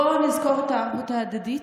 בואו נזכור את הערבות ההדדית,